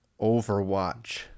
Overwatch